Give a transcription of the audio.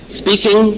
speaking